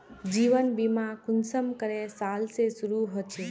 जीवन बीमा कुंसम करे साल से शुरू होचए?